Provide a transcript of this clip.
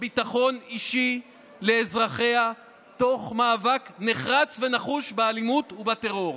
ביטחון אישי לאזרחיה תוך מאבק נחרץ ונחוש באלימות ובטרור.